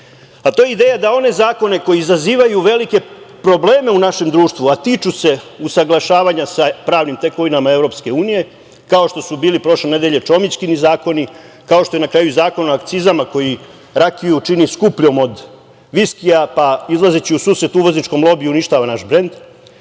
a to je ideja da one zakone koji izazivaju velike probleme u našem društvu, a tiču se usaglašavanja sa pravnim tekovinama EU, kao što su bili prošle nedelje Čomićkini zakoni, kao što je na kraju Zakon o akcizama koji rakiju čini skupljom od viskija pa izlazeći u susret uvozničkom lobiju uništava naš brend,